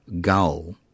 goal